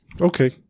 okay